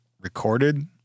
recorded